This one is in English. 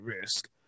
risk